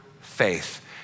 faith